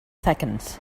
seconds